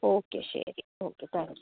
okay ശരി okay thank U